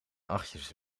achtjes